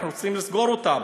אנחנו רוצים לסגור אותם,